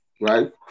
right